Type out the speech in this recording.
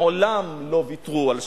מעולם לא ויתרו על שיח'-מוניס,